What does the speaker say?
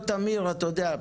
תמיר אתה יודע,